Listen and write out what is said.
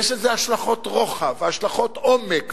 יש לזה השלכות רוחב והשלכות עומק,